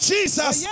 Jesus